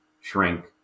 shrink